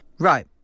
Right